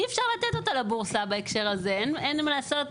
אי אפשר לתת אותה לבורסה בהקשר הזה אין מה לעשות.